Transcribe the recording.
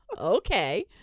okay